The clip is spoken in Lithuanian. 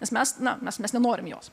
nes mes na mes mes nenorim jos